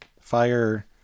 fire